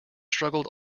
struggled